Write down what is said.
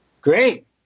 Great